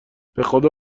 بخدا